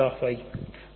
Zi